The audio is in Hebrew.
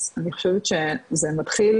אז אני חושבת שזה מתחיל